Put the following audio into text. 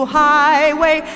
highway